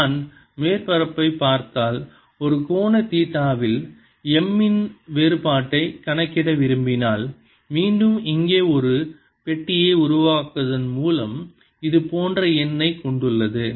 நான் மேற்பரப்பைப் பார்த்தால் ஒரு கோண தீட்டாவில் M இன் வேறுபாட்டைக் கணக்கிட விரும்பினால் மீண்டும் இங்கே ஒரு பெட்டியை உருவாக்குவதன் மூலம் இது போன்ற n ஐக் கொண்டுள்ளது